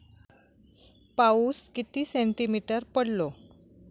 पाऊस किती सेंटीमीटर पडलो?